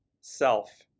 self